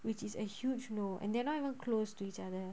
which is a huge no and they're not even close to each other